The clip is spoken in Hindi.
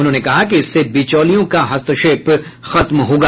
उन्होंने कहा कि इससे बिचौलियों का हस्तक्षेप खत्म होगा